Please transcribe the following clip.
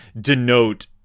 denote